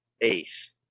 ace